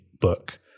book